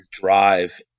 drive